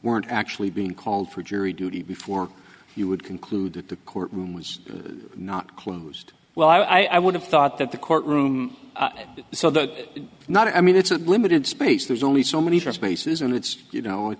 weren't actually being called for jury duty before you would conclude that the courtroom was not closed well i would have thought that the courtroom so that not i mean it's a limited space there's only so many spaces and it's you know